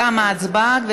תמה ההצבעה.